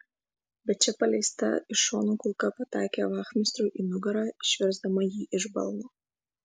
bet čia paleista iš šono kulka pataikė vachmistrui į nugarą išversdama jį iš balno